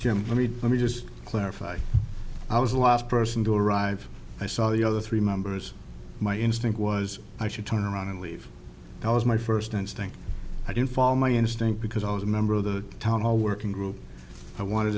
jim let me let me just clarify i was the last person to arrive i saw the other three members my instinct was i should turn around and leave that was my first instinct i didn't follow my instinct because i was a member of the town hall working group i wanted